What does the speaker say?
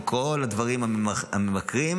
ושם כל הדברים הממכרים.